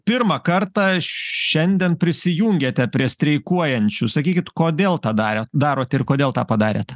pirmą kartą šiandien prisijungėte prie streikuojančių sakykit kodėl tą darė darot ir kodėl tą padarėt